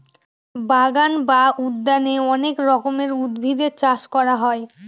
বাগান বা উদ্যানে অনেক রকমের উদ্ভিদের চাষ করা হয়